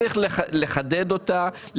צריך לחדד אותה,